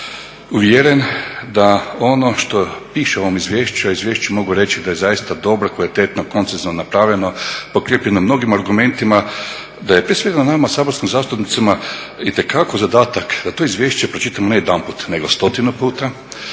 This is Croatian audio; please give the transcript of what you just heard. uvjeren da ono što piše u ovom izvješću, a izvješće mogu reći da je zaista dobro, kvalitetno, … napravljeno, potkrijepljeno mnogim argumentima, da je prije svega nama saborskim zastupnicima itekako zadatak da to izvješće pročitamo ne jedanput, nego stotinu puta